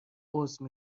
عذر